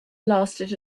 lasted